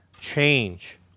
change